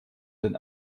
den